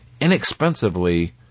inexpensively